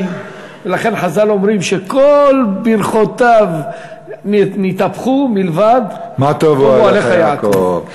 לכן חז"ל אומרים שכל ברכותיו נתהפכו מלבד "מה טובו אוהליך יעקב".